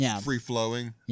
free-flowing